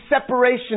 separation